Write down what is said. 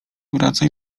wracaj